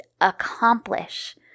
Accomplish